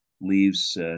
leaves